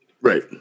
Right